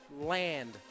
land